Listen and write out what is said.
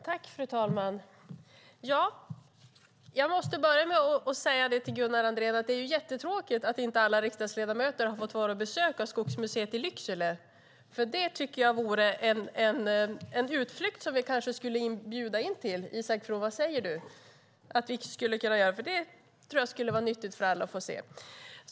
Fru talman! Jag måste börja med att säga till Gunnar Andrén att det är jättetråkigt att inte alla riksdagsledamöter har fått besöka Skogsmuseet i Lycksele. Det tycker jag vore en utflykt som vi kanske skulle bjuda in till, Isak From. Vad säger du? Det tror jag skulle vara nyttigt för alla att få se.